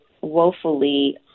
woefully